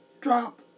drop